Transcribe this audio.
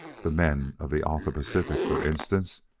the men of the alta-pacific, for instance.